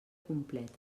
completa